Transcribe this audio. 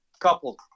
couple